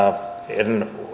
en